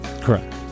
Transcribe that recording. Correct